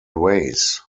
ways